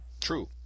True